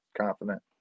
confident